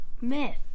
Myth